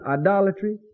idolatry